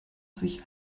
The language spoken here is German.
sich